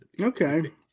Okay